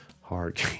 hard